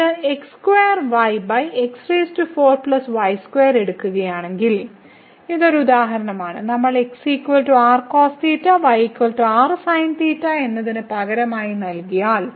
നമ്മൾ ഇത് എടുക്കുകയാണെങ്കിൽ ഇത് ഉദാഹരണമാണ് നമ്മൾ x r cosθ y r sinθ എന്നതിന് പകരമായി നൽകിയാൽ